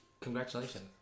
Congratulations